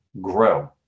grow